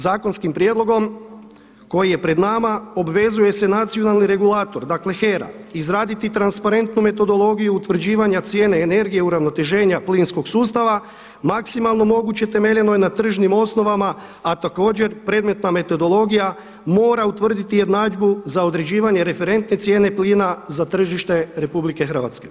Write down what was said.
Zakonskim prijedlogom koji je pred nama obvezuje se nacionalni regulator HERA izraditi transparentnu metodologiju utvrđivanja cijene energije uravnoteženja plinskog sustava, maksimalno moguće temeljeno je na tržnim osnovama, a također predmetna metodologija mora utvrditi jednadžbu za određivanje referentne cijene plina za tržište RH.